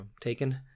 Taken